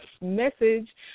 message